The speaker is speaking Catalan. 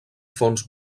fons